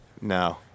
no